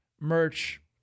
merch